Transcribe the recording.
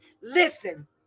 listen